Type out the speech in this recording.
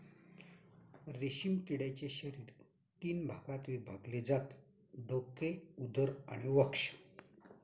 रेशीम किड्याचे शरीर तीन भागात विभागले जाते डोके, उदर आणि वक्ष